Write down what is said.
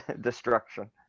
Destruction